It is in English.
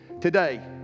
Today